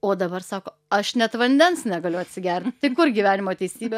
o dabar sako aš net vandens negaliu atsigert tai kur gyvenimo teisybė